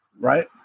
Right